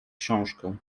książkę